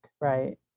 Right